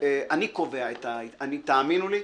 תאמינו לי,